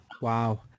Wow